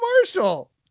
Marshall